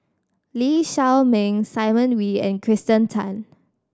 Lee Shao Meng Simon Wee and Kirsten Tan